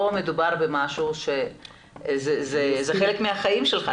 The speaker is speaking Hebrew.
פה מדובר במשהו שהוא חלק מהחיים שלך.